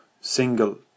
single